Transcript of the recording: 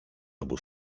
obu